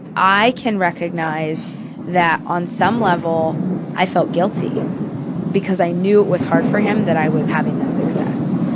i can recognize that on some level i felt guilty because i knew it was hard for him that i was having this success.